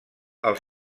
els